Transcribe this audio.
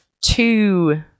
two